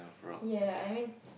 ya I mean